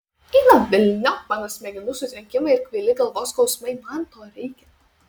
eina velniop mano smegenų sutrenkimai ir kvaili galvos skausmai man to reikia